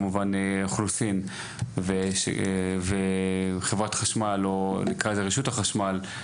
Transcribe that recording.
אוכלוסין וחברת חשמל או רשות החשמל נקרא לזה,